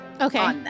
okay